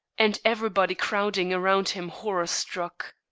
and everybody crowding around him horror-struck.